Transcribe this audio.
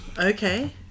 okay